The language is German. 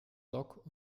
dock